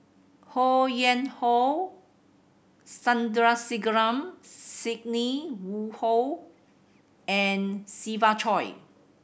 Ho Yuen Hoe Sandrasegaran Sidney Woodhull and Siva Choy